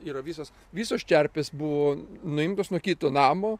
yra visos visos čerpės buvo nuimtos nuo kito namo